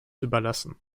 überlassen